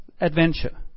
adventure